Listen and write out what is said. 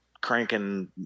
cranking